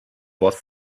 was